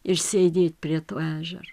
ir sėdėt prie to ežer